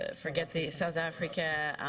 ah forget the south africa,